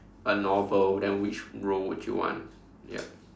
a novel then which role would you want ya